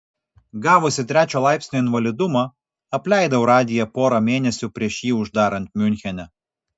gavusi trečio laipsnio invalidumą apleidau radiją porą mėnesių prieš jį uždarant miunchene